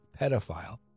pedophile